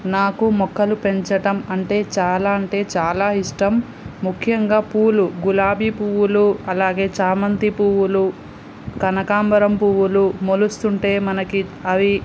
నాకు మొక్కలు పెంచటం అంటే చాలా అంటే చాలా ఇష్టం ముఖ్యంగా పూలు గులాబీ పువ్వులు అలాగే చామంతి పువ్వులు కనకాంబరం పువ్వులు మొలుస్తుంటే మనకి అవి